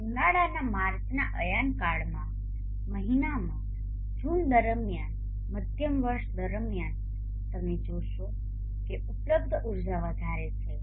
અને ઉનાળાના માર્ચના અયનકાળના મહિનામાં જૂન દરમિયાન મધ્ય વર્ષ દરમિયાન તમે જોશો કે ઉપલબ્ધ ઉર્જા વધારે છે